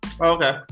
Okay